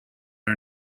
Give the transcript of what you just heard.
are